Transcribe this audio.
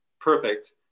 perfect